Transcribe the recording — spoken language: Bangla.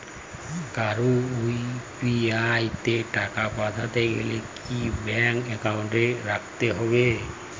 কারো ইউ.পি.আই তে টাকা পাঠাতে গেলে কি ব্যাংক একাউন্ট থাকতেই হবে?